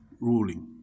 ruling